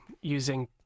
using